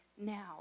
now